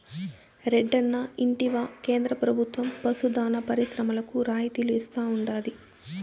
రెడ్డన్నా ఇంటివా కేంద్ర ప్రభుత్వం పశు దాణా పరిశ్రమలకు రాయితీలు ఇస్తా ఉండాది